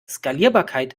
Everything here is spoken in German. skalierbarkeit